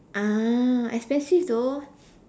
ah expensive though